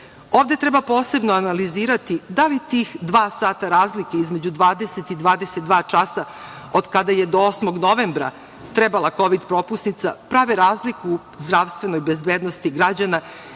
treba posebno analizirati da li tih dva sata razlike između 20 i 22 časa od kada je do 8. novembra trebala kovid propusnica prave razliku zdravstvenoj bezbednosti građana,